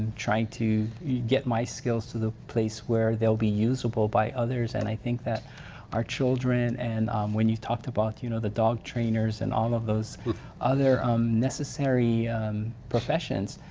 trying to get my skills to the place where they'll be usable by others and i think that our children and when you talked about you know the dog trainers and all of those other necessary professions,